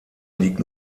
liegt